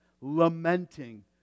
lamenting